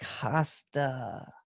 Costa